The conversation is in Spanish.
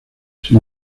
sin